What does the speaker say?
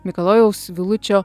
mikalojaus vilučio